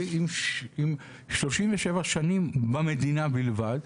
עם 37 שנים במדינה בלבד,